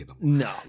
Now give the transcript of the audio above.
No